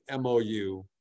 MOU